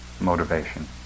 motivation